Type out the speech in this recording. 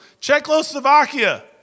czechoslovakia